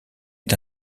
est